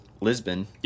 Lisbon